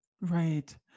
Right